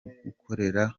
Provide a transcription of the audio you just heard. gukorera